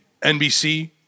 NBC